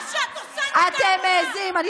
אתם מעיזים, איזה פראבדה?